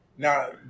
Now